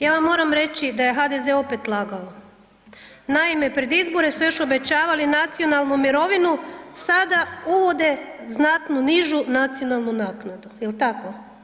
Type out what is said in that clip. Ja vam moram reći da je HDZ opet lagao, naime, pred izbore su još obećavali nacionalnu mirovinu, sada uvode znatno nižu nacionalnu naknadu, jel tako?